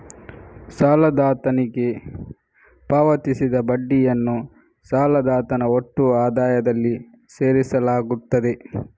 ಸಾಲದಾತನಿಗೆ ಪಾವತಿಸಿದ ಬಡ್ಡಿಯನ್ನು ಸಾಲದಾತನ ಒಟ್ಟು ಆದಾಯದಲ್ಲಿ ಸೇರಿಸಲಾಗುತ್ತದೆ